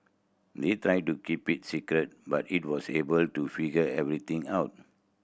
they tried to keep it a secret but it was able to figure everything out